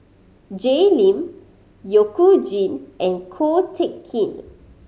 Jay Lim You Jin and Ko Teck Kin